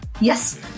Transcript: yes